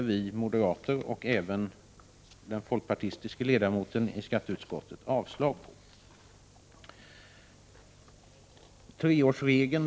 Vi moderater och även den folkpartistiske ledamoten av skatteutskottet yrkar avslag på detta förslag.